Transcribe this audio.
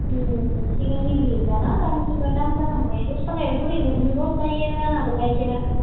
अ सिगांनि गैलाना दानि जुगा दाम जालांबाय दस थाखायाव बोरै हरनो लस जायो आंहाबो गाइखेरा